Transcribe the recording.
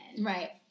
right